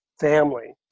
family